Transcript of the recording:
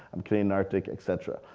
um canadian arctic, et cetera.